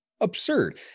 absurd